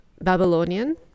Babylonian